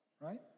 right